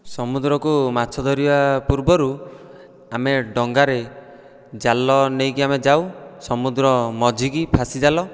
ସମୁଦ୍ରକୁ ମାଛ ଧରିବା ପୂର୍ବରୁ ଆମେ ଡଙ୍ଗାରେ ଜାଲ ନେଇକି ଆମେ ଯାଉ ସମୁଦ୍ର ମଝିକୁ ଫାସି ଜାଲ